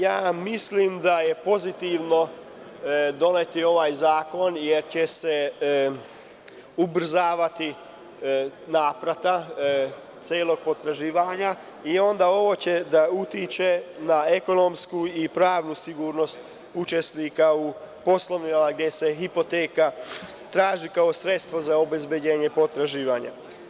Ja mislim da je pozitivno doneti ovaj zakon, jer će se ubrzati naplata celog potraživanja i ovo će uticati na ekonomskui pravnu sigurnost učesnika u poslovima gde se hipoteka traži kao sredstvo za obezbeđenje potraživanja.